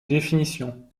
définitions